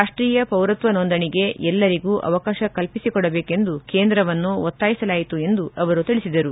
ರಾಷ್ಷೀಯ ಪೌರತ್ವ ನೊಂದಣಿಗೆ ಎಲ್ಲರಿಗೂ ಅವಕಾಶ ಕಲ್ಪಿಸಿಕೊಡಬೇಕೆಂದು ಕೇಂದ್ರವನ್ನು ಒತ್ತಾಯಿಸಿತು ಎಂದು ತಿಳಿಸಿದರು